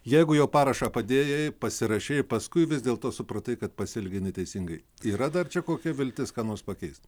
jeigu jau parašą padėjai pasirašei paskui vis dėl to supratai kad pasielgei neteisingai yra dar čia kokia viltis ką nors pakeist